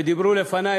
ודיברו לפני,